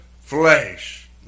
flesh